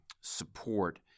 support